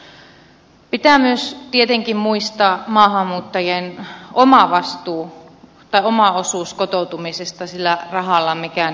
pitää myös tietenkin muistaa maahanmuuttajien oma osuus kotoutumisesta sillä rahalla mekään emme voi ratkaista kaikkea